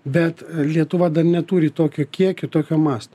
bet lietuva dar neturi tokio kiekio tokio masto